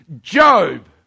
Job